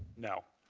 no.